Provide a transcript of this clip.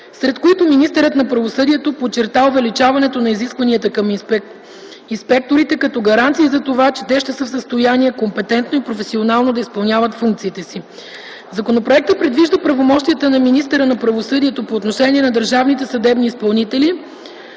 сред които министърът на правосъдието подчерта увеличаването на изискванията към инспекторите като гаранция за това, че те ще са в състояние компетентно и професионално да изпълняват функциите си. 6. Законопроектът предвижда правомощията на министъра на правосъдието по отношение на държавните съдебни изпълнители